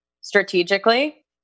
strategically